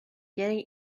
getting